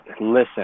listen